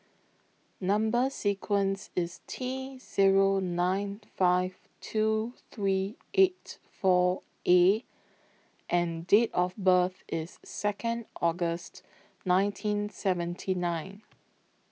Number sequence IS T Zero nine five two three eight four A and Date of birth IS Second August nineteen seventy nine